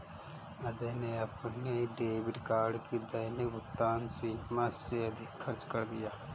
अजय ने अपने debit card की दैनिक भुगतान सीमा से अधिक खर्च कर दिया